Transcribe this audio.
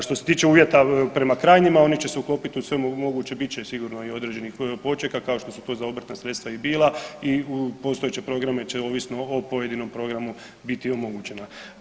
Što se tiče uvjeta prema krajnjima, oni će uklopiti u svemu, moguće, bit će sigurno i određenih počeka, kao što su to za obrtna sredstva i bila i u postojeće programe će, ovisno o pojedinom programu biti omogućena.